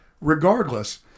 Regardless